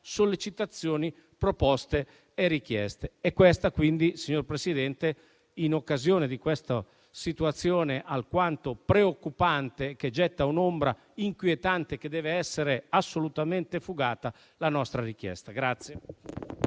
sollecitazioni, proposte e richieste. È questa, quindi, signor Presidente, alla luce della situazione alquanto preoccupante, che getta un'ombra inquietante che deve essere assolutamente fugata, la nostra richiesta.